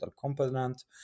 component